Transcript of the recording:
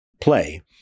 play